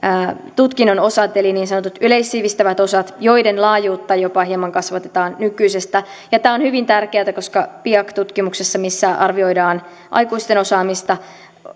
tutkinnon osat eli niin sanotut yleissivistävät osat joiden laajuutta jopa hieman kasvatetaan nykyisestä tämä on hyvin tärkeätä koska piaac tutkimuksessa missä arvioidaan aikuisten osaamista on